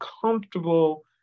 comfortable